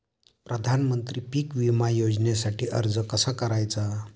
प्रधानमंत्री पीक विमा योजनेसाठी अर्ज कसा करायचा?